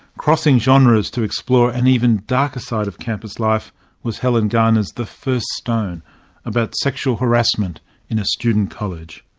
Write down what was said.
crossing genres to explore an and even darker side of campus life was helen garner's the first stone about sexual harassment in a student college.